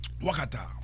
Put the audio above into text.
Wakata